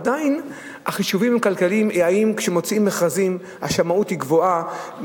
עדיין החישובים הם כלכליים: האם כשמוציאים מכרזים והשמאות היא גבוהה,